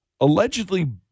Allegedly